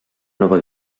nova